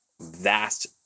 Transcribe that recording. vast